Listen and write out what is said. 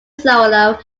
solo